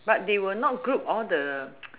but they will not group all the